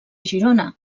girona